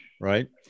Right